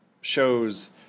shows